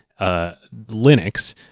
Linux